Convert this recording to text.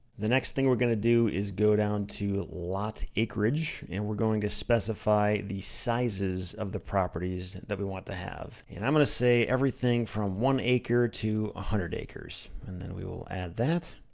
the next thing we're gonna do is go down to lot acreage. and we're going to specify the sizes of the properties that we want to have. and i'm gonna say everything from one acre to one ah hundred acres. and then we will add that.